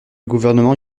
gouvernement